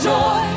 joy